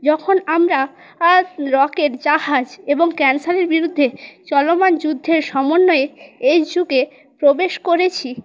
যখন আমরা আ রকেট জাহাজ এবং ক্যানসারের বিরুদ্ধে চলমান যুদ্ধের সমন্বয়ে এই যুগে প্রবেশ করেছি